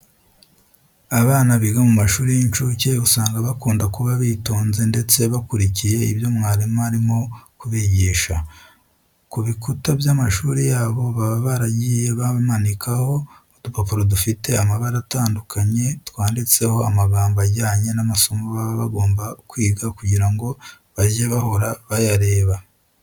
Abana biga mu mashuri y'inshuke usanga bakunda kuba bitonze ndetse bakurikiye ibyo mwarimu arimo kubigisha. Ku bikuta by'amashuri yabo baba baragiye bamanikaho udupapuro dufite amabara agiye atandukanye twanditseho amagambo ajyanye n'amasomo baba bagomba kwiga kugira ngo bajye bahora bayareba.